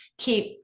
keep